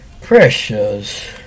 Precious